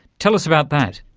tell us about that.